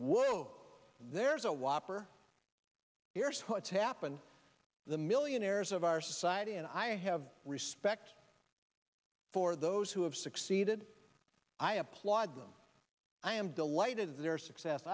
where there's a whopper here's what's happened the millionaires of our society and i have respect for those who have succeeded i applaud them i am delighted their success